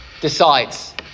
decides